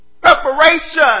preparation